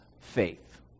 faith